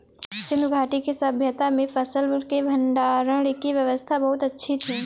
सिंधु घाटी की सभय्ता में फसल के भंडारण की व्यवस्था बहुत अच्छी थी